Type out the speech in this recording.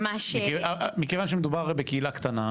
מכיוון שמדובר בקהילה קטנה,